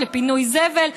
לפינוי זבל,